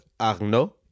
arnaud